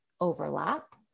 overlap